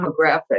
demographic